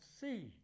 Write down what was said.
see